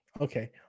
okay